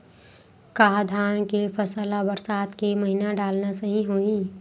का धान के फसल ल बरसात के महिना डालना सही होही?